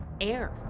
air